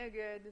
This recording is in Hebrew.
1 נגד,